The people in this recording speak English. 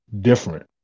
different